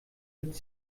mit